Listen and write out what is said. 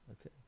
Okay